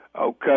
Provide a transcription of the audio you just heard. Okay